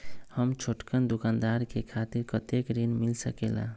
हम छोटकन दुकानदार के खातीर कतेक ऋण मिल सकेला?